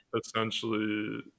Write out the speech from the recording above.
essentially